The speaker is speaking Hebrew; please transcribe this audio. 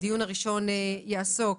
החלק הראשון יעסוק